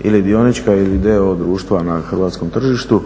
ili dionička ili d.o.o. društva na hrvatskom tržištu,